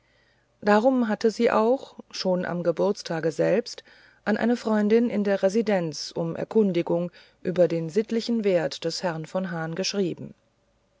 darum hatte sie auch schon am geburtstage selbst an eine freundin in der residenz um erkundigung über den sittlichen wert des herrn von hahn geschrieben